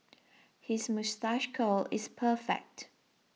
his moustache curl is perfect